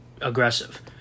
aggressive